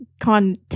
Content